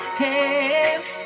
hands